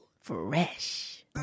Fresh